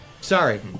Sorry